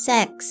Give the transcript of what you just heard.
Sex